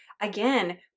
again